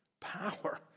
power